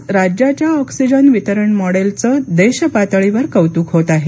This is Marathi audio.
आज राज्याच्या ऑक्सिजन वितरण मॉडेलचे देशपातळीवर कौतुक होत आहे